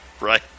right